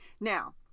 Now